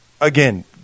again